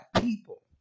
people